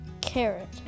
carrot